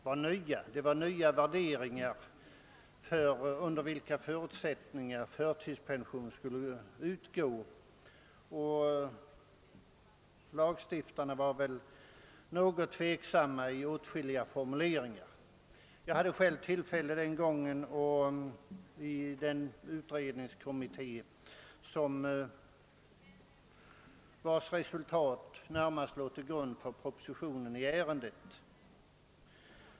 Man införde nya värderingar, enligt vilka förtidspension skulle utgå, och lagstiftarna var något tveksamma beträffande åtskilliga av dessa värderingar. Jag hade själv tillfälle att deltaga i den utredningskommitté, vars resultat närmast låg till grund för propositionen i ärendet.